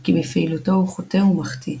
כי בפעילותו הוא חוטא ומחטיא.